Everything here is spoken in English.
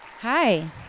Hi